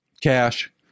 Cash